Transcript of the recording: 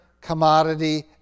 commodity